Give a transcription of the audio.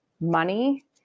money